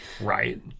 Right